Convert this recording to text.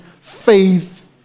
faith